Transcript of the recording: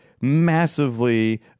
massively